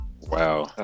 Wow